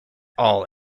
all